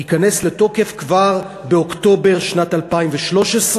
ייכנס לתוקף כבר באוקטובר שנת 2013,